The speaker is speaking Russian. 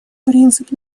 принцип